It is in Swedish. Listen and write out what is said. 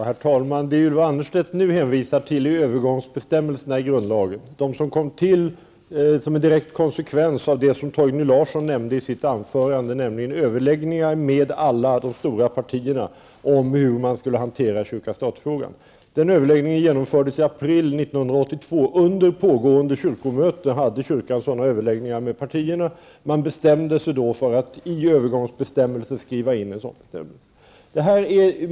Herr talman! Ylva Annerstedt hänvisar nu till övergångsbestämmelserna i fråga om grundlagen, vilka är en direkt konsekvens av de överläggningar med alla de stora partierna som förekommit och som Torgny Larsson nämnde i sitt anförande. Överläggningarna gällde hur kyrka--stat-frågan skulle hanteras. De här överläggningarna skedde i april 1982. Under pågående kyrkomöte hade kyrkan alltså sådana här överläggningar med partierna. Man bestämde sig då för att i övergångsbestämmelserna skriva in en passus här.